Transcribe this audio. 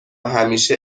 همیشه